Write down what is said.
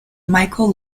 michael